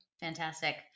Fantastic